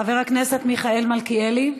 חבר הכנסת מיכאל מלכיאלי,